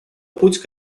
путь